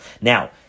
Now